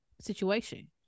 situation